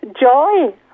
Joy